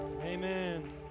Amen